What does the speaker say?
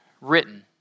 written